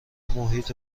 محیط